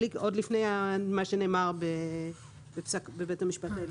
עוד לפני מה שנאמר בבית המשפט העליון.